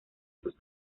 sus